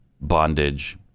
Bondage